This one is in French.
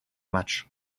match